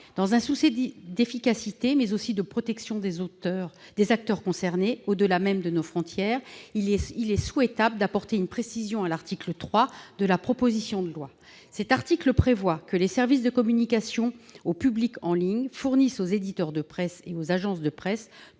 Dans un souci d'efficacité, mais aussi de protection des acteurs concernés au-delà même de nos frontières, il est souhaitable d'apporter une précision à l'article 3 de la proposition de loi. Cet article prévoit que les services de communication au public en ligne fournissent aux éditeurs et agences de presse